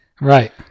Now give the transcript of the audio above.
Right